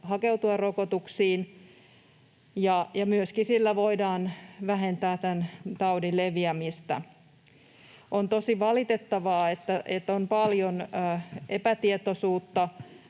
hakeutua rokotuksiin, ja sillä voidaan myöskin vähentää tämän taudin leviämistä. On tosi valitettavaa, että on paljon epätietoisuutta,